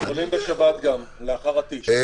יכולים גם בשבת אחרי הטיש.